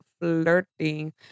flirting